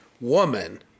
woman